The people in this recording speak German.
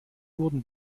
wurden